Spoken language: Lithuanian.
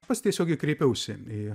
pats tiesiogiai kreipiausi į